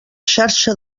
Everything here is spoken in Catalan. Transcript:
xarxa